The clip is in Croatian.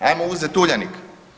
Hajmo uzeti Uljanik.